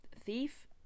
thief